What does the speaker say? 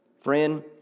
Friend